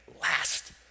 last